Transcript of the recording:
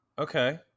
Okay